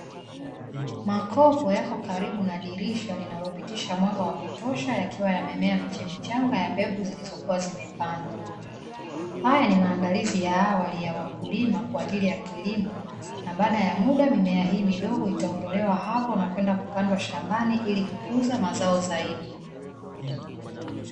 Makopo yapo karibu na dirisha linalopitisha mwanga wa kutosha yakiwa yamemea miche michanga ya mbegu zilizokuwa zimepandwa, haya ni maandalizi ya awali kwa wakulima kwaajili ya kilimo, na baada ya muda mimea hii midogo itaondolewa hapo na kwenda kupandwa shambani ili kukuza mazao zaidi.